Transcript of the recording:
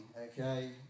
okay